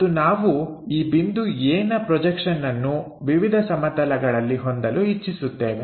ಮತ್ತು ನಾವು ಈ ಬಿಂದು A ನ ಪ್ರೊಜೆಕ್ಷನ್ಅನ್ನು ವಿವಿಧ ಸಮತಲಗಳಲ್ಲಿ ಹೊಂದಲು ಇಚ್ಚಿಸುತ್ತೇವೆ